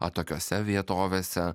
atokiose vietovėse